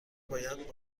باید